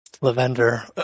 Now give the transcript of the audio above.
Lavender